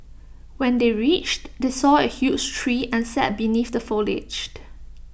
when they reached they saw A huge tree and sat beneath the foliage